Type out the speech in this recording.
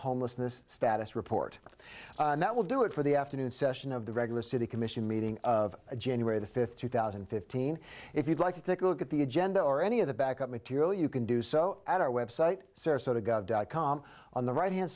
homelessness status report that will do it for the afternoon session of the regular city commission meeting of january fifth two thousand and fifteen if you'd like to take a look at the agenda or any of the back up material you can do so at our website sarasota gov dot com on the right hand